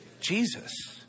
Jesus